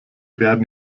werden